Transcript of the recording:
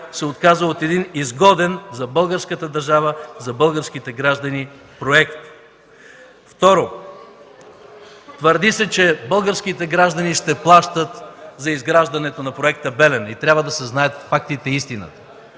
се отказа от един изгоден за българската държава, за българските граждани проект. Второ, твърди се, че българските граждани ще плащат за изграждането на Проекта „Белене” и трябва да се знаят фактите и истината.